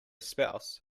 spouse